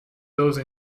those